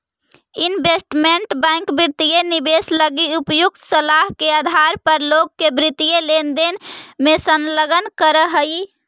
investment bank वित्तीय निवेश लगी उपयुक्त सलाह के आधार पर लोग के वित्तीय लेनदेन में संलग्न करऽ हइ